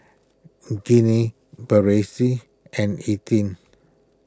Ginny Berenice and